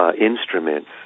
Instruments